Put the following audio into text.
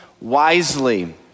Wisely